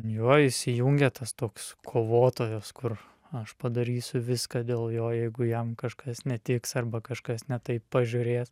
jo įsijungia tas toks kovotojos kur aš padarysiu viską dėl jo jeigu jam kažkas netiks arba kažkas ne taip pažiūrės